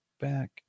back